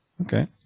Okay